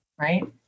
right